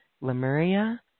Lemuria